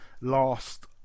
last